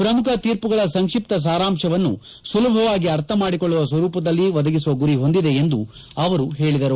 ಪ್ರಮುಖ ತೀರ್ಪುಗಳ ಸಂಕ್ಷಿಪ್ತ ಸಾರಾಂಶವನ್ನು ಸುಲಭವಾಗಿ ಅರ್ಥಮಾಡಿಕೊಳ್ಳುವ ಸ್ವರೂಪದಲ್ಲಿ ಒದಗಿಸುವ ಗುರಿಯನ್ನು ಹೊಂದಿದೆ ಎಂದು ಅವರು ಹೇಳಿದರು